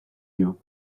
you